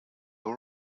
all